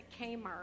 Kmart